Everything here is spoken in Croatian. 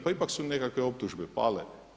Pa ipak su nekakve optužbe pale.